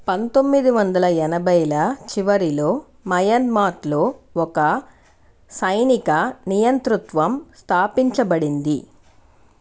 పంతొమ్మిది వందల ఎనభైల చివరిలో మయన్మార్లో ఒక సైనిక నియంతృత్వం స్థాపించబడింది